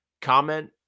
Comment